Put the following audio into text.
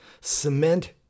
cement